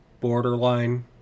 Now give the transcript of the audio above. borderline